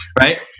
Right